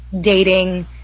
dating